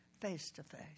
face-to-face